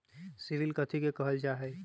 CIBIL कथि के काहल जा लई?